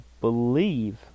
believe